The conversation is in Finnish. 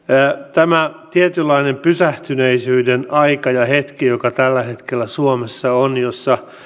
tämä tietynlainen pysähtyneisyyden aika ja hetki joka tällä hetkellä suomessa on jossa